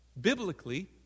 biblically